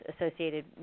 associated